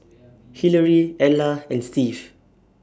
Hillary Ella and Steve